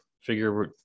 figure